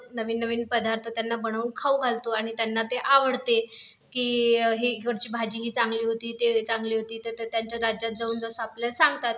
नवीन नवीन पदार्थ त्यांना बनवून खाऊ घालतो आणि त्यांना ते आवडते की ही इकडची भाजी ही चांगली होती ती चांगली होती ते तर ते त्यांच्या राज्यात जाऊन जसं आपल्या सांगतात